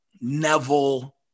Neville